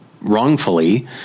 wrongfully